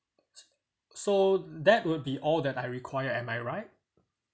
so that would be all that I require am I right